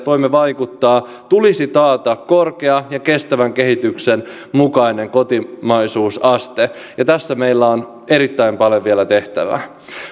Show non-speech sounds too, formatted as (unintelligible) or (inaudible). (unintelligible) voimme vaikuttaa tulisi taata korkea ja kestävän kehityksen mukainen kotimaisuusaste ja tässä meillä on erittäin paljon vielä